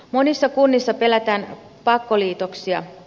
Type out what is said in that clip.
monissa kunnissa pelätään pakkoliitoksia